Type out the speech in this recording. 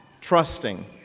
trusting